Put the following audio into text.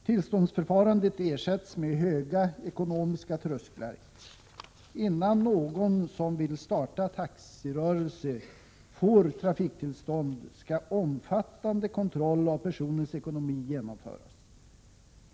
Tillståndsförfarandet ersätts i förslaget med höga ekonomiska trösklar: innan någon som vill starta taxirörelse får trafiktillstånd skall omfattande kontroll av personens ekonomi genomföras.